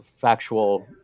factual